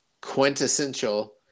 quintessential